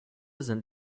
sind